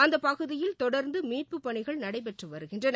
அந்தப் பகுதியில் தொடர்ந்து மீட்பு பணிகள் நடைபெற்று வருகின்றன